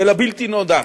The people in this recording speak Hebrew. אל הבלתי-נודע.